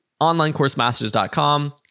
onlinecoursemasters.com